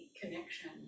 connection